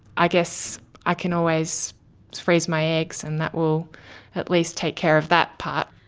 i guess i can always just freeze my eggs and that will at least take care of that part.